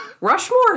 Rushmore